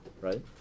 right